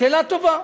שאלה טובה.